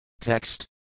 Text